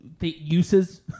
uses